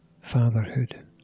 Fatherhood